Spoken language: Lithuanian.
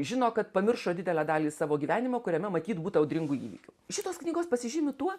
žino kad pamiršo didelę dalį savo gyvenimo kuriame matyt būta audringų įvykių šitos knygos pasižymi tuo